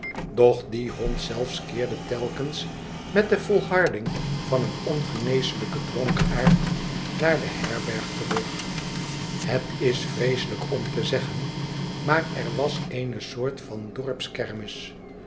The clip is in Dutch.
doch die hond zelfe keerde telkens met de volhardmg van een ongeneeslijken dronkaard naar de herberg terug het is vreeselijk om te zeggen maar er was eene soort van dorpskermis